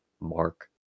mark